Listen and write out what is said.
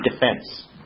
defense